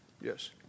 Yes